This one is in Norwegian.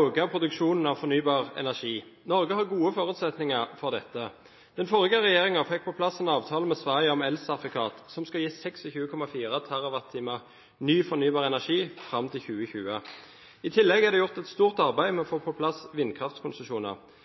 øke produksjonen av fornybar energi. Norge har gode forutsetninger for dette. Den forrige regjeringen fikk på plass en avtale med Sverige om elsertifikat, som skal gi 26,4 TWh ny fornybar energi fram til 2020. I tillegg er det gjort et stort arbeid med å få på plass vindkraftkonsesjoner.